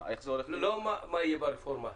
לא מה יהיה ברפורמה,